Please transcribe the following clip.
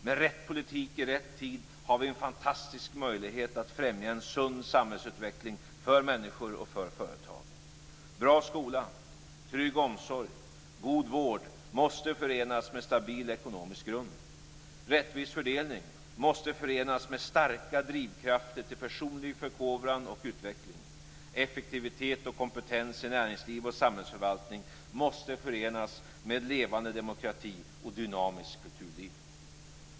Med rätt politik i rätt tid har vi en fantastisk möjlighet att främja en sund samhällsutveckling för människor och för företag. Bra skola, trygg omsorg och god vård måste förenas med en stabil ekonomisk grund. Rättvis fördelning måste förenas med starka drivkrafter till personlig förkovran och utveckling. Effektivitet och kompetens i näringsliv och samhällsförvaltning måste förenas med en levande demokrati och ett dynamiskt kulturliv.